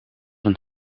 een